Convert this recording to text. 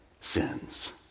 sins